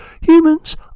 Humans